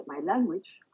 language